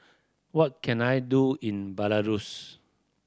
what can I do in Belarus